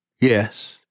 Yes